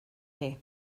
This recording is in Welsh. chi